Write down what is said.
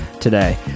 today